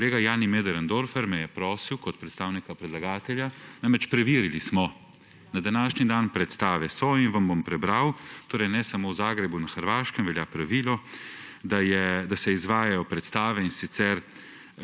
Kolega Jani Möderndorfer me je prosil kot predstavnika predlagatelja, namreč preverili smo, na današnji dan predstave so in vam bom prebral, torej ne samo v Zagrebu, na Hrvaškem velja pravilo, da se izvajajo predstave, in sicer